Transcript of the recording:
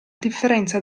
differenza